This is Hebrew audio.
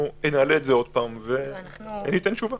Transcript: נבדוק את זה שוב וניתן תשובה.